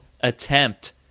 attempt